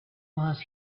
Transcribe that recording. was